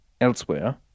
elsewhere